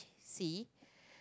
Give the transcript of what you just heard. C